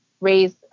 raise